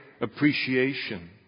appreciation